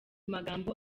magambo